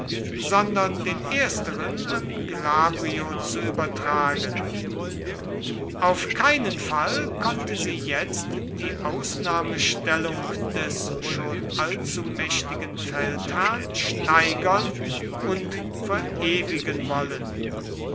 sondern den ersteren an glabrio zu übertragen auf keinen fall konnte sie jetzt die ausnahmestellung des schon allzumächtigen feldherrn steigern und verewigen wollen